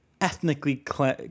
ethnically